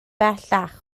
bellach